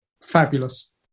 Fabulous